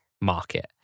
market